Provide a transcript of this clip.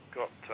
got